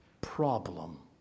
problem